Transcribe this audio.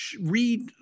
read